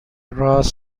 راس